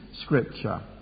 Scripture